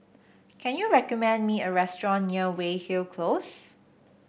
can you recommend me a restaurant near Weyhill Close